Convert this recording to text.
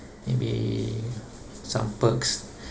maybe some perks